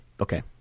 okay